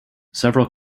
several